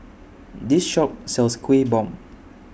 This Shop sells Kueh Bom